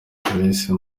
clarisse